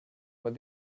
what